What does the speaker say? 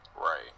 Right